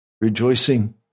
rejoicing